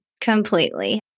Completely